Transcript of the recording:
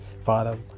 Father